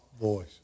voice